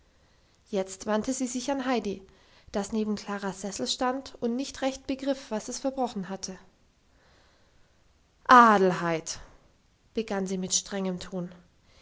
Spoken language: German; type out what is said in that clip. jetzt wandte sie sich an heidi das neben klaras sessel stand und nicht recht begriff was es verbrochen hatte adelheid begann sie mit strengem ton